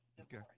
Okay